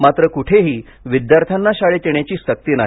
मात्र कुठेही विद्यार्थ्यांना शाळेत येण्याची सक्ती नाही